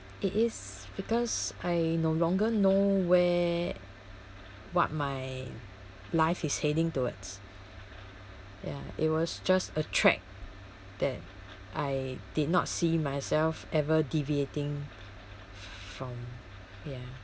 it is because I no longer know where what my life is heading towards ya it was just a track that I did not see myself ever deviating from ya